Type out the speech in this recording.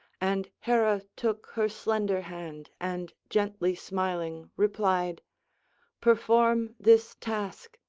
and hera took her slender hand and gently smiling, replied perform this task,